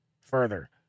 further